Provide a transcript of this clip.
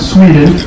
Sweden